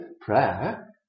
prayer